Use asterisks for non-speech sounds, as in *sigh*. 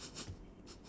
*laughs*